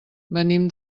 venim